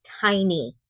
tiny